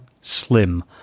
Slim